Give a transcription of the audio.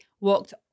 walked